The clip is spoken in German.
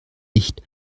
nicht